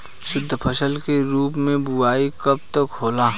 शुद्धफसल के रूप में बुआई कब तक होला?